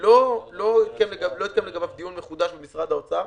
לא התקיים לגביו דיון מחודש במשרד האוצר.